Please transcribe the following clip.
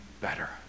better